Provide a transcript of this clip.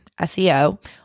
SEO